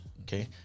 okay